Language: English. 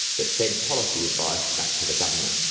that fed policy advice back to the government.